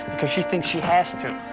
because she thinks she has to.